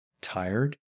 tired